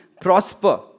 prosper